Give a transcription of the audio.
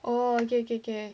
orh okay okay okay~